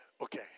okay